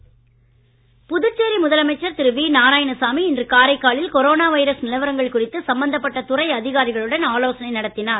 நாரா காரைக்கால் புதுச்சேரி முதலமைச்சர் திரு வி நாராயணசாமி இன்று காரைக்காலில் கொரோன வைரஸ் நிலவரங்கள் குறித்து சம்பந்தப்பட்ட துறை அதிகாரிகளுடன் ஆலோசனை நடத்தினார்